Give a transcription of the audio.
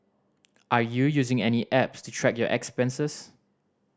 are you using any apps to track your expenses